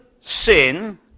sin